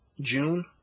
June